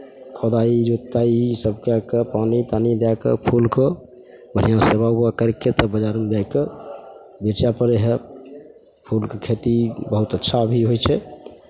खोदाइ जोताइ इसभ कए कऽ पानि तानि दए कऽ फूल के बढ़िआँ सेवा उवा करि कऽ तब बाजारमे जाए कऽ बेचय पड़ै हइ फूलके खेती बहुत अच्छा भी होइ छै